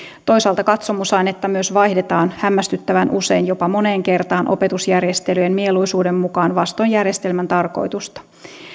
toisaalta katsomusainetta myös vaihdetaan hämmästyttävän usein jopa moneen kertaan opetusjärjestelyjen mieluisuuden mukaan vastoin järjestelmän tarkoitusta